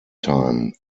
time